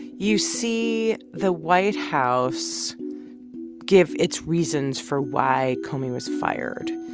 you see the white house give its reasons for why comey was fired.